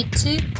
two